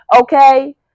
okay